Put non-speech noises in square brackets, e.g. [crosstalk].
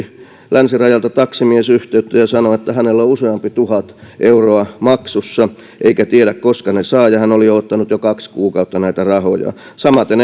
länsirajalta taksimies yhteyttä ja sanoi että hänellä on useampi tuhat euroa maksussa eikä tiedä koska ne saa ja hän oli odottanut jo kaksi kuukautta näitä rahoja samaten [unintelligible]